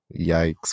Yikes